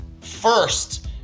First